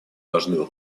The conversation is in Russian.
важную